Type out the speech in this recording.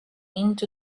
into